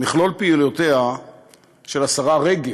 מכלול פעילויותיה של השרה רגב,